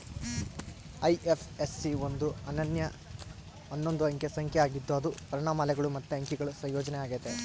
IFSC ಒಂದು ಅನನ್ಯ ಹನ್ನೊಂದು ಅಂಕೆ ಸಂಖ್ಯೆ ಆಗಿದ್ದು ಅದು ವರ್ಣಮಾಲೆಗುಳು ಮತ್ತೆ ಅಂಕೆಗುಳ ಸಂಯೋಜನೆ ಆಗೆತೆ